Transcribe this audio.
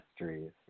mysteries